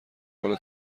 حال